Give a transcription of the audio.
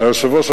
היושב-ראש,